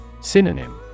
Synonym